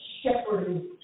Shepherding